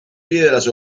piedras